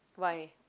why